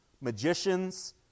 magicians